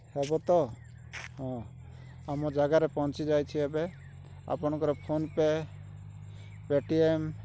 ହେବ ତ ହଁ ଆଉ ମୋ ଜାଗାରେ ପହଞ୍ଚି ଯାଇଛି ଏବେ ଆପଣଙ୍କର ଫୋନ୍ ପେ ପେଟିଏମ୍